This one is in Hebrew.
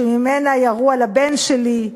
שממנה ירו על הבן שלי,